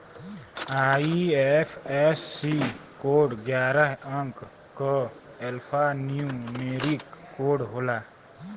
IFSC code ग्यारह अंक क एल्फान्यूमेरिक कोड होला